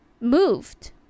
moved